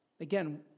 Again